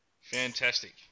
Fantastic